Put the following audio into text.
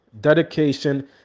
dedication